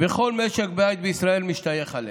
וכל משק בית בישראל משתייך אליהן.